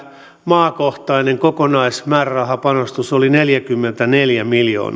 maakohtainen kokonaismäärärahapanostus oli neljäkymmentäneljä miljoonaa